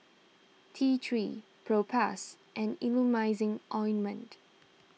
T three Propass and Emulsying Ointment